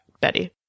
Betty